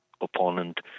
opponent